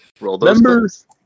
Members